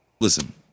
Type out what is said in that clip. listen